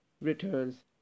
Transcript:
returns